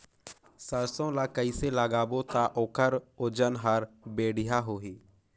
सरसो ला कइसे लगाबो ता ओकर ओजन हर बेडिया होही?